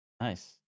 Nice